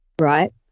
right